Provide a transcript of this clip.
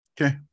Okay